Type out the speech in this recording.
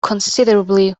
considerably